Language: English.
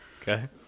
Okay